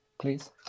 please